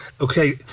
Okay